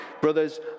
Brothers